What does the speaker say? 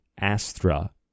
astra